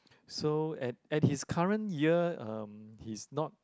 so at at his current year um he's not